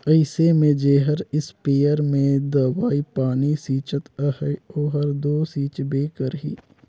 अइसे में जेहर इस्पेयर में दवई पानी छींचत अहे ओहर दो छींचबे करही